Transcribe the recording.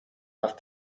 have